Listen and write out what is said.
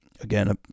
Again